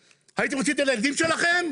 הייתם עושים את זה לילדים שלכם?